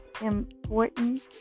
important